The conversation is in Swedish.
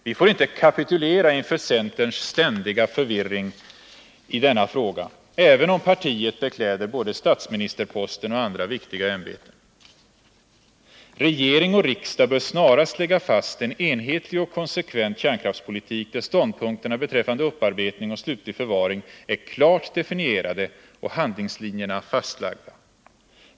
Vi får inte kapitulera inför centerns ständiga förvirring i denna fråga, även om partiet bekläder både statsministerposten och andra viktiga ämbeten. Regering och riksdag bör snarast lägga fast en enhetlig och konsekvent kärnkraftspolitik där ståndpunkterna beträffande upparbetning och slutlig förvaring är klart definierade och handlingslinjerna fastlagda.